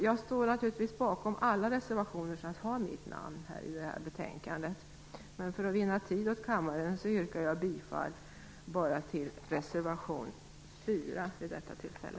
Jag står naturligtvis bakom alla reservationer som upptar mitt namn i betänkandet, men för att vinna tid åt kammaren yrkar jag vid detta tillfälle bifall bara till reservation 4.